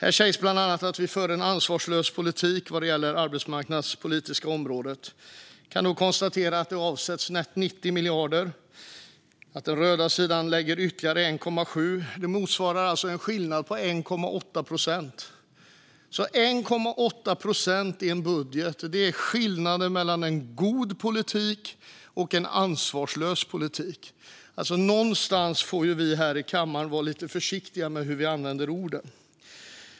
Det sägs bland annat att vi för en ansvarslös politik vad gäller det arbetsmarknadspolitiska området. Jag kan konstatera att det avsätts 90 miljarder och att den röda sidan lägger ytterligare 1,7 miljarder, vilket motsvarar en skillnad på 1,8 procent. Det är alltså 1,8 procent i en budget som är skillnaden mellan en god politik och en ansvarslös politik. Någonstans får vi här i kammaren vara lite försiktiga med hur vi använder orden.